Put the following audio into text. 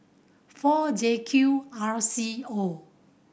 four J Q R C O